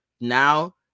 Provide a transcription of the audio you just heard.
now